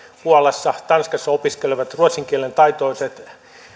puolassa tanskassa opiskelevat ruotsin kielen taitoiset